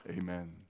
Amen